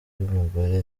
ry’umugore